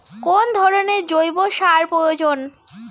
কোন ধরণের জৈব সার প্রয়োজন?